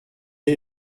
est